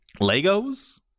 legos